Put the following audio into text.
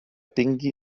tingui